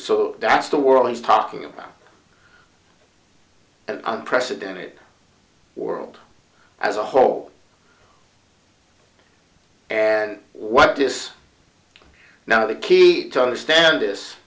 so that's the world he's talking about an unprecedented world as a whole and what is now the key to understand